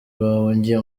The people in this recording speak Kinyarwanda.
bahungiye